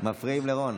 מפריעים לרון.